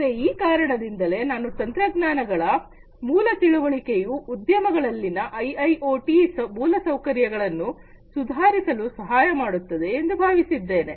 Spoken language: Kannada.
ಮತ್ತೆ ಈ ಕಾರಣದಿಂದಲೇ ನಾನು ತಂತ್ರಜ್ಞಾನಗಳ ಮೂಲ ತಿಳುವಳಿಕೆಯು ಉದ್ಯಮಗಳಲ್ಲಿನ ಐಐಓಟಿ ಮೂಲಸೌಕರ್ಯಗಳನ್ನು ಸುಧಾರಿಸಲು ಸಹಾಯಮಾಡುತ್ತದೆ ಎಂದು ಭಾವಿಸಿದ್ದೇನೆ